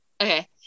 Okay